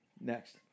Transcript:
Next